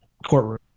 courtroom